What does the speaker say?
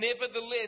nevertheless